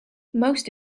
most